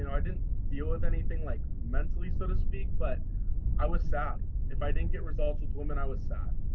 and i didn't deal with anything like mentally so to speak. but i was sad. if i didn't get results with women. i was sad.